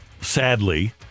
sadly